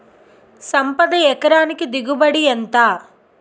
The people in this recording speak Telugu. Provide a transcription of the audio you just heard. సంపద ఎకరానికి దిగుబడి ఎంత?